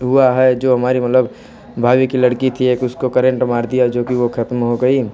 हुआ है जो हमारी मतलब भाभी की लड़की थी एक उसको करेंट मार दिया जो कि वह ख़त्म हो गई